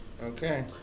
Okay